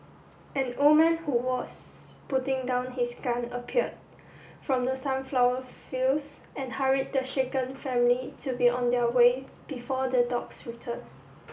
an old man who was putting down his gun appeared from the sunflower fields and hurried the shaken family to be on their way before the dogs return